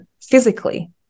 physically